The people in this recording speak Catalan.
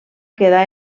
quedar